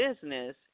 business